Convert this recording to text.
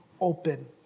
open